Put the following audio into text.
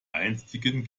einstigen